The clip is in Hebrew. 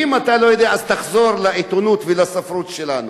אם אתה לא יודע, תחזור לעיתונות ולספרות שלנו.